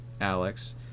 Alex